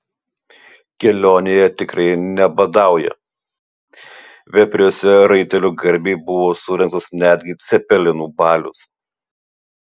kelionėje tikrai nebadauja vepriuose raitelių garbei buvo surengtas netgi cepelinų balius